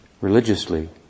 religiously